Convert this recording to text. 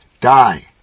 die